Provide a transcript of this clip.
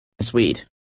Sweet